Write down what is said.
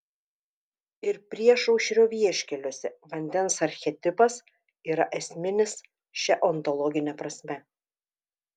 ir priešaušrio vieškeliuose vandens archetipas yra esminis šia ontologine prasme